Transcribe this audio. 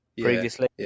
previously